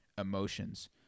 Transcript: emotions